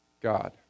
God